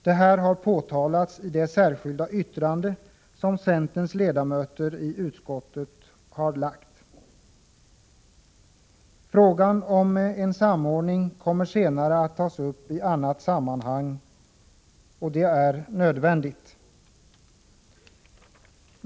Detta har påtalats i det särskilda yttrande som centerns ledamöter i utskottet har avgivit. Frågan om en samordning kommer senare att tas upp i annat sammanhang —- och det är nödvändigt.